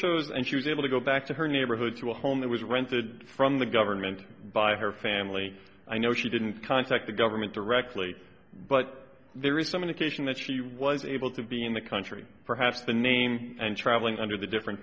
shows and she was able to go back to her neighborhood to a home that was rented from the government by her family i know she didn't contact the government directly but there is some indication that she was able to be in the country perhaps the name and traveling under the different